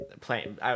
playing